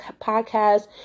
podcast